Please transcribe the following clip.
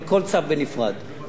תודה רבה.